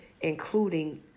including